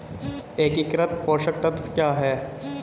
एकीकृत पोषक तत्व क्या है?